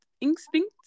Instinct